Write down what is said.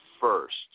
first